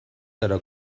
zara